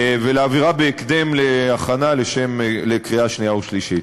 ולהעבירה בהקדם להכנה לקריאה שנייה ושלישית.